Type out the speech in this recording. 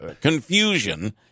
confusion